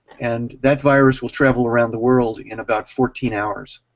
and that virus will travel around the world in about fourteen hours.